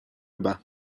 bas